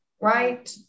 right